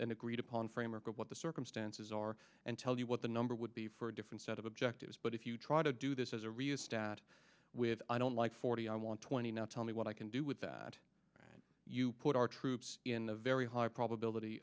an agreed upon framework of what the circumstances are and tell you what the number would be for a different set of objectives but if you try to do this as a rheostat with i don't like forty i want twenty now tell me what i can do with that and you put our troops in a very high probability